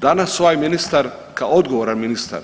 Danas ovaj ministar, kao odgovoran ministar